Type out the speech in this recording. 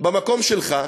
במקום שלך,